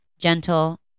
gentle